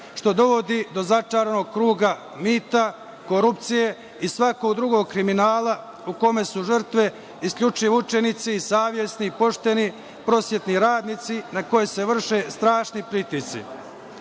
što dovodi do začaranog kruga, mita, korupcije i svakog drugog kriminala u kome su žrtve isključivo učenici i savesni i pošteni prosvetni radnici na koje se vrše strašni pritisci. Zato